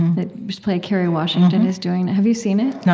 that play kerry washington is doing. have you seen it?